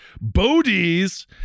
Bodies